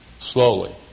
slowly